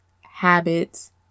habits